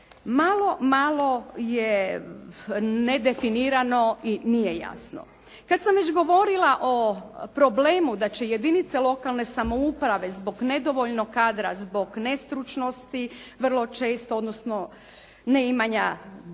Malo je nedefinirano i nije jasno. Kada sam već govorila o problemu da će jedinice lokalne samouprave zbog nedovoljnog kadra, zbog nestručnosti, vrlo često, odnosno ne imanja